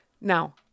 Now